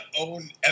own